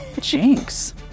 Jinx